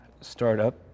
startup